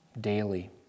Daily